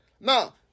Now